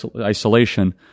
isolation